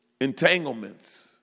entanglements